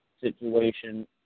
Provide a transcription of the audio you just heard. situation